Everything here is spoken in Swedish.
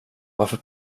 varför